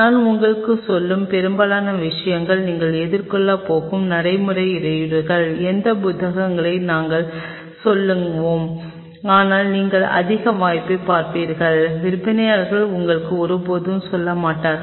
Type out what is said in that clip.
நான் உங்களுக்குச் சொல்லும் பெரும்பாலான விஷயங்கள் நீங்கள் எதிர்கொள்ளப் போகும் நடைமுறை இடையூறுகள் எந்த புத்தகங்களை நாங்கள் சொல்லுவோம் ஆனால் நீங்கள் அதிக வாய்ப்பைப் பார்ப்பீர்கள் விற்பனையாளர் உங்களுக்கு ஒருபோதும் சொல்ல மாட்டார்